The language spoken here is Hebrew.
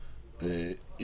קול הבריאות --- ונציג